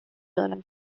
دارند